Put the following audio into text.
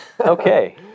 Okay